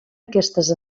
aquestes